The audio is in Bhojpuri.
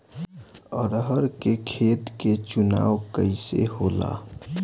अरहर के खेत के चुनाव कइसे होला?